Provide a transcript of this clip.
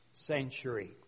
century